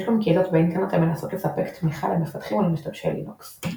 יש גם קהילות באינטרנט המנסות לספק תמיכה למפתחים ולמשתמשי לינוקס.